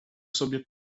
sobie